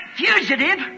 fugitive